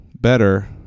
better